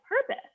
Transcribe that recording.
purpose